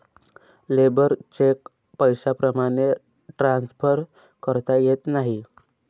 labour cheque पैशाप्रमाणे transfer करता येत नाही